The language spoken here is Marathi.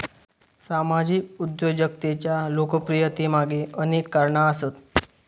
सामाजिक उद्योजकतेच्या लोकप्रियतेमागे अनेक कारणा आसत